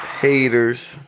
haters